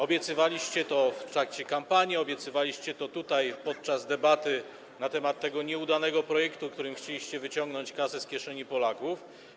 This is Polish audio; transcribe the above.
Obiecywaliście to w trakcie kampanii, obiecywaliście to tutaj podczas debaty na temat tego nieudanego projektu, którym chcieliście wyciągnąć kasę z kieszeni Polaków.